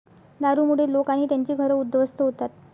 दारूमुळे लोक आणि त्यांची घरं उद्ध्वस्त होतात